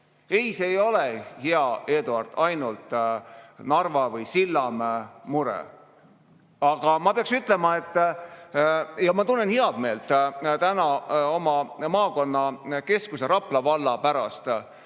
Ei, see ei ole, hea Eduard, ainult Narva või Sillamäe mure. Aga ma peaks ütlema, et ma tunnen heameelt oma maakonna keskuse Rapla valla pärast,